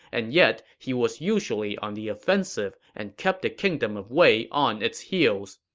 and yet he was usually on the offensive and kept the kingdom of wei on its heels.